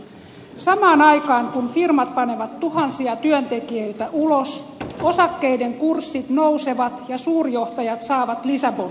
samaan aikaan kun firmat panevat tuhansia työntekijöitä ulos osakkeiden kurssit nousevat ja suurjohtajat saavat lisäbonuksia